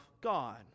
God